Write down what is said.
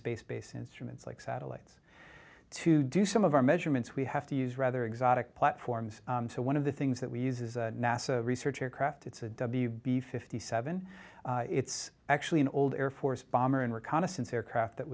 space based instruments like satellites to do some of our measurements we have to use rather exotic platforms so one of the things that we use is nasa research aircraft it's a b fifty seven it's actually an old air force bomber and reconnaissance aircraft that